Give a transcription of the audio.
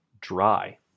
dry